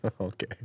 Okay